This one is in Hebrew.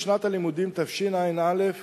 בשנת הלימודים תשע"א